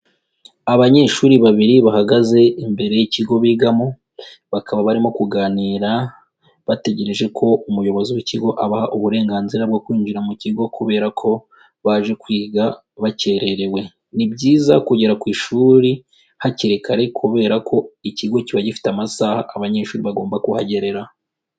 Abanyeshuri babiri bahagaze imbere y'ikigo bigamo, bakaba barimo kuganira bategereje ko umuyobozi w'ikigo abaha uburenganzira bwo kwinjira mu kigo kubera ko baje kwiga bakererewe, ni byiza kugera ku ishuri hakiri kare kubera ko ikigo kiba gifite amasaha abanyeshuri bagomba kuhagerera.